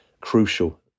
crucial